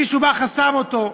מישהו בא וחסם אותו,